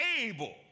able